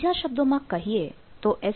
બીજા શબ્દોમાં કહીએ તો એસ